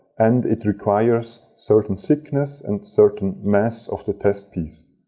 and it requires certain thickness and certain mass of the test piece.